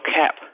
cap